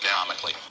economically